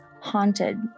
haunted